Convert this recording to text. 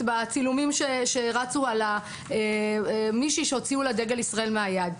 ראו צילומים של מישהי שהוציאו את דגל ישראל מן היד שלה.